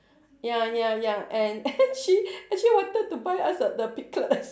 ya ya ya and she actually wanted to buy us a the piglet